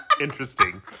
interesting